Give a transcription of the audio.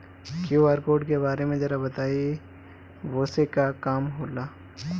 QR code के बारे में जरा बताई वो से का काम होला?